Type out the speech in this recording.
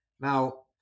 Now